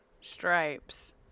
Stripes